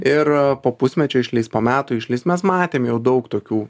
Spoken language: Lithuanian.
ir po pusmečio išlįs po metų išlįs mes matėm jau daug tokių